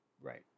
Right